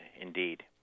indeed